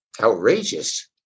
outrageous